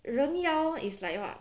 人妖 is like what